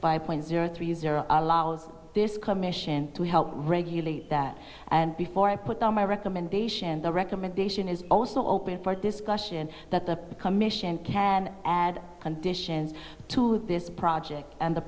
five point zero three zero allows this commission to help regulate that and before i put on my recommendation the recommendation is also open for discussion that the commission can add conditions to this project and the